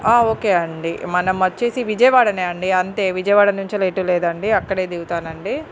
okay అండి మనం వచ్చేసి విజయవాడనే అండి అంతే విజయవాడ నుంచెల్లి ఎటు లేదండి అక్కడే దిగుతానండి